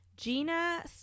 Gina